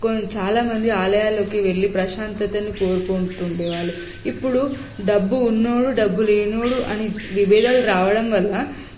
కొ చాలా మంది ఆలయాల్లోకి వెళ్ళి ప్రశాంతతను కోరుకుంటూ ఉండేవాళ్ళు ఇప్పుడు డబ్బు ఉన్నవాడు డబ్బు లేనివాడు అని విభేదాలు రావడం వల్ల